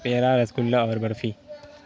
پیڑا rasgulla اور برفی